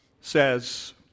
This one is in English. says